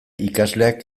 ikasleak